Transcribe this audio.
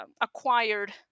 acquired